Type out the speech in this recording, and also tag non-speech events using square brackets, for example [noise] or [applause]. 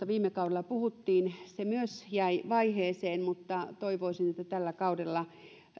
[unintelligible] viime kaudella puhuttiin laadukkaasta saattohoidosta myös se jäi vaiheeseen mutta toivoisin että tällä kaudella